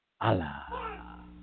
Allah